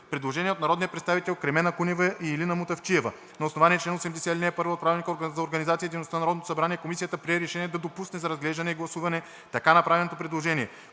Предложение от народните представители Кремена Кунева и Илина Мутафчиева. На основание чл. 80, ал. 1 от Правилника за организацията и дейността на Народното събрание Комисията прие решение да допусне за разглеждане и гласуване така направеното предложение.